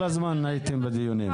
כל הזמן הייתם בדיונים.